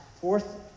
fourth